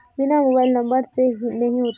बिना mobile number से नहीं होते?